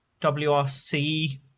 wrc